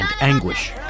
anguish